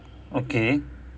okay